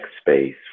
space